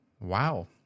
Wow